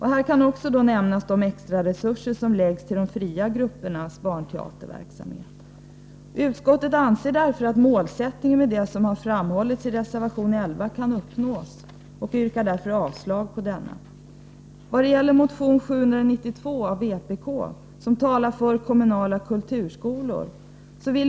Här kan också nämnas de extra resurser som ges till de fria gruppernas barnteaterverksamhet. Utskottet anser därför att den målsättning som framhålls i reservation 11 kan uppnås, och jag yrkar avslag på denna reservation. I motion 792 talar vpk för kommunala kulturskolor.